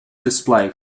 display